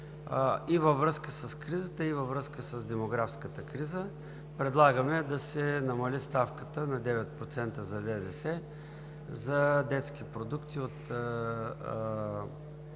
във връзка с кризата, и във връзка с демографската криза предлагаме да се намали ставката на 9% за ДДС за детски продукти от